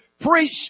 preach